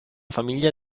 famiglia